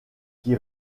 qui